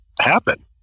happen